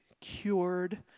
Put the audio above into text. cured